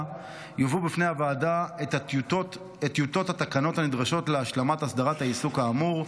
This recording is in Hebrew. יובאו בפני הוועדה טיוטות התקנות הנדרשות להשלמת הסדרת העיסוק כאמור.